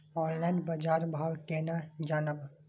Online बाजार भाव केना जानब?